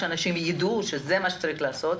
שאנשים יידעו שזה מה שצריך לעשות,